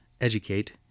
educate